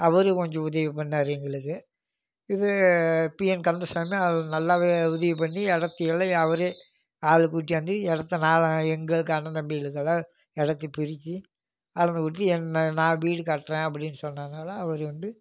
அவரு கொஞ்சம் உதவி பண்ணார் எங்களுக்கு இது பி என் கந்தசாமி அவரு நல்லா உதவி பண்ணி இடத்தையெல்லாம் அவரே ஆள் கூட்டியாந்து இடத்த நாலாக எங்களுக்கு அண்ணன் தம்பிங்களுக்கெல்லாம் இடத்த பிரித்து அளந்து கொடுத்து என்ன நான் வீடு கட்டுறேன் அப்படின்னு சொன்னதினால அவரு வந்து